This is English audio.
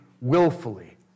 willfully